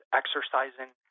exercising